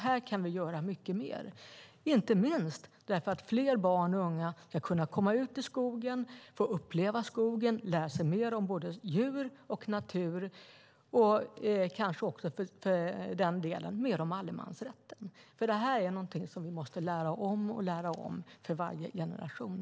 Här kan vi göra mycket mer för att fler barn och unga ska kunna komma ut i skogen, få uppleva skogen, lära sig mer av både djur och natur och kanske också mer om allemansrätten. Det här är någonting som vi måste lära om och om för varje generation.